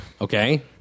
Okay